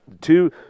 two